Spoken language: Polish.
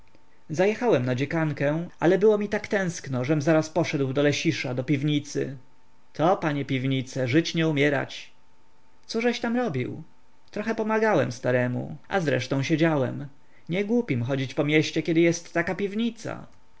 pory zajechałem na dziekankę ale było mi tak tęskno żem zaraz poszedł do lesisza do piwnicy to panie piwnice żyć nie umierać cóżeś tam robił trochę pomagałem staremu a zresztą siedziałem nie głupim chodzić po mieście kiedy jest taka piwnica